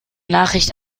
nachricht